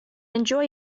enjoy